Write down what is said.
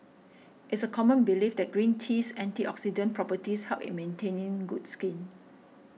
it's a common belief that green tea's antioxidant properties help in maintaining good skin